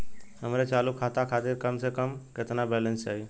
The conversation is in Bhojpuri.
हमरे चालू खाता खातिर कम से कम केतना बैलैंस चाही?